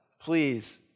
please